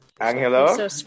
Angelo